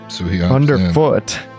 underfoot